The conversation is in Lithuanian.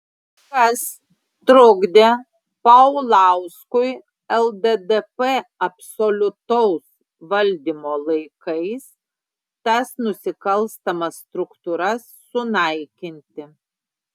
kas trukdė paulauskui lddp absoliutaus valdymo laikais tas nusikalstamas struktūras sunaikinti